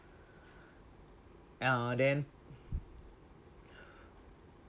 ah then